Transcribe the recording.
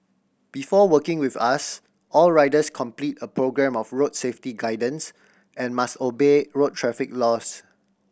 before working with us all riders complete a programme of road safety guidance and must obey road traffic laws